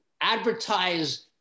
advertise